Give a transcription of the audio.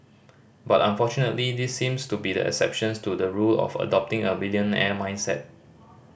but unfortunately these seem to be the exceptions to the rule of adopting a millionaire mindset